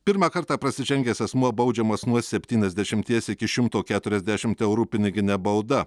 pirmą kartą prasižengęs asmuo baudžiamas nuo septyniasdešimties iki šimto keturiasdešimt eurų pinigine bauda